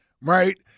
right